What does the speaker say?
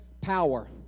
power